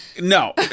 No